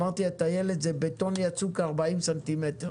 אמרתי, הטיילת זה בטון יצוק 40 ס"מ.